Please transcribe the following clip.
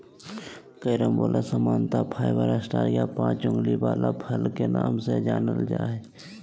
carambola सामान्यत five star या पाँच उंगली वला फल के नाम से जानल जा हय